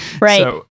right